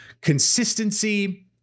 Consistency